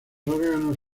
órganos